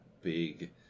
big